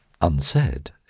unsaid